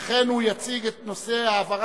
ובכן, החלטת